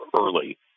early